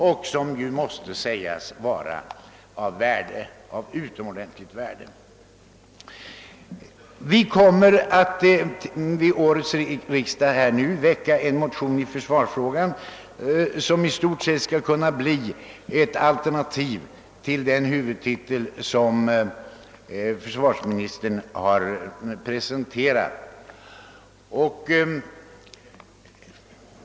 Vid årets riksdag kommer vi inom mittenpartierna att väcka en motion i försvarsfrågan, som i stort sett skall bli ett alternativ till den huvudtitel försvarsministern har presenterat.